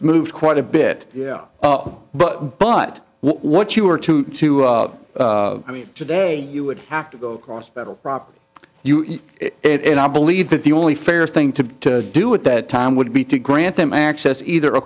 it's moved quite a bit but but what you were to to i mean today you would have to go across federal property you it i believe that the only fair thing to do at that time would be to grant them access either